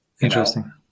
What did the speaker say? Interesting